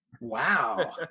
wow